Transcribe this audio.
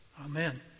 Amen